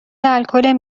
الکل